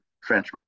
French